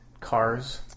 cars